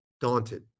daunted